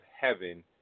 heaven